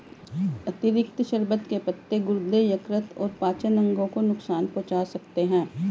अतिरिक्त शर्बत के पत्ते गुर्दे, यकृत और पाचन अंगों को नुकसान पहुंचा सकते हैं